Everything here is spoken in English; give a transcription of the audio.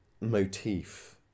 motif